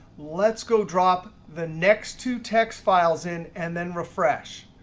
let's go drop the next two text files in and then refresh.